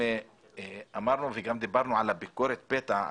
אמרנו וגם דיברנו על ביקורת הפתע.